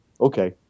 Okay